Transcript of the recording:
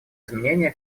изменения